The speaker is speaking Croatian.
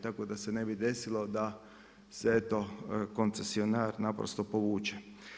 Tako da se ne bi desilo da se eto koncesionar naprosto povuče.